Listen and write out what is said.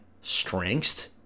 strengths